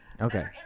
Okay